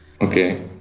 Okay